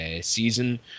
season